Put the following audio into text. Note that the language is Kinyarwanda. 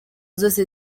zose